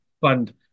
fund